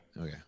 Okay